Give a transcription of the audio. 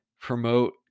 promote